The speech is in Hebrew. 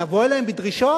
נבוא אליהם בדרישות?